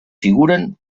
figuren